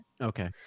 Okay